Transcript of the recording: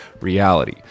reality